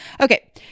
Okay